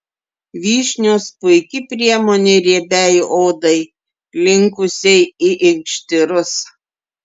vyšnios puiki priemonė riebiai odai linkusiai į inkštirus